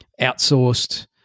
outsourced